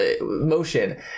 motion